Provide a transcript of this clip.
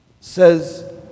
says